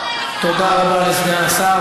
תודה רבה לסגן השר.